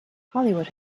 hollywood